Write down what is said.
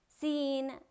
seen